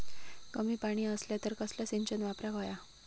कमी पाणी असला तर कसला सिंचन वापराक होया?